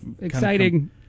exciting